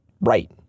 right